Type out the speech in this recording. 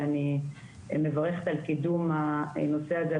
ואני מברכת על קידום הנושא הזה.